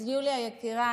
אז יוליה יקירה,